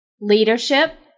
leadership